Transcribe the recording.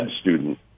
student